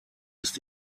ist